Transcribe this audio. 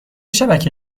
شبکه